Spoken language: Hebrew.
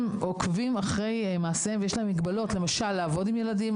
עוקבים אחרי מעשיהם ויש להם מגבלות למשל לעבוד עם ילדים,